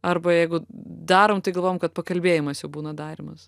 arba jeigu darom tai galvojam kad pakalbėjimas jau būna darymas